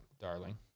darling